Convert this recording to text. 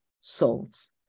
souls